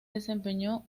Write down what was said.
desempeñó